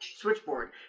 switchboard